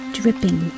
dripping